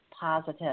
positive